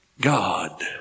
God